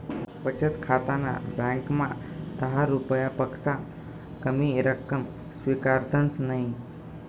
बचत खाताना ब्यांकमा दहा रुपयापक्सा कमी रक्कम स्वीकारतंस नयी